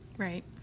Right